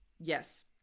Yes